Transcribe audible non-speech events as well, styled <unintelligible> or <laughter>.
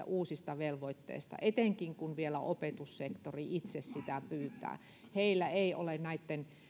<unintelligible> uusista velvoitteista etenkin kun vielä opetussektori itse sitä pyytää heillä ei ole näitten